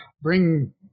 bring